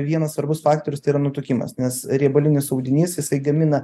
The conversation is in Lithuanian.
vienas svarbus faktorius tai yra nutukimas nes riebalinis audinys jisai gamina